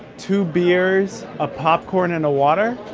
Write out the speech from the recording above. two beers, a popcorn and a water?